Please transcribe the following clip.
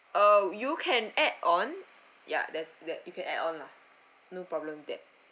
uh you can add on ya that's that you can add on lah no problem that